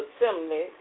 assembly